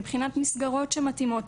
מבחינת מסגרות שמתאימות.